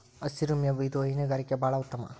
ಹಸಿರು ಮೇವು ಇದು ಹೈನುಗಾರಿಕೆ ಬಾಳ ಉತ್ತಮ